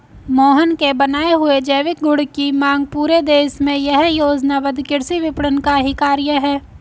मोहन के बनाए हुए जैविक गुड की मांग पूरे देश में यह योजनाबद्ध कृषि विपणन का ही कार्य है